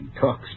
Talk's